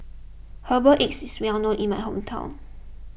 Herbal Egg is well known in my hometown